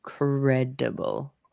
incredible